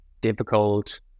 difficult